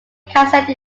cassette